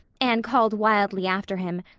anne called wildly after him,